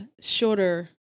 shorter